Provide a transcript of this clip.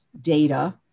data